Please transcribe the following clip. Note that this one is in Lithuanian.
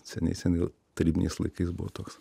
seniai seni tarybiniais laikais buvo toks